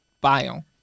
bio